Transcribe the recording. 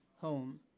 home